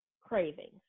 cravings